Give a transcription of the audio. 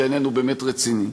כי העניין הוא באמת רציני.